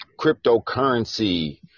Cryptocurrency